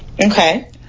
Okay